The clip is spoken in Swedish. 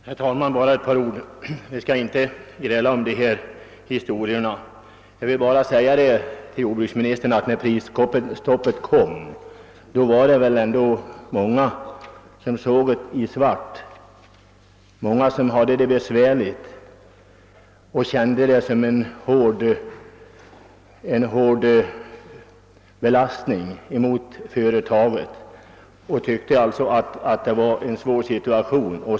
Herr talman! Bara ett par ord. Vi skall inte gräla om dessa saker. Till jordbruksministern vill jag säga att prisstoppet kom många jordbrukare att se situationen i svart. Man hade det besvärligt och kände prisstoppet som en ytterligare belastning.